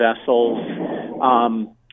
vessels